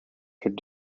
could